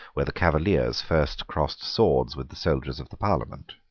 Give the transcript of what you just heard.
where the cavaliers first crossed swords with the soldiers of the parliament.